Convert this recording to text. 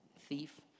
thief